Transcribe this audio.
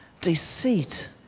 deceit